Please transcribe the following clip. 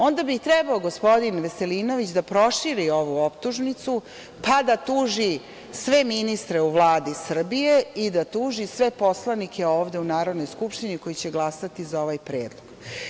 Onda bi trebao gospodin Veselinović da proširi ovu optužnicu, pa da tuži sve ministre u Vladi Srbije i da tuži sve poslanike ovde u Narodnoj skupštini koji će glasati za ovaj predlog.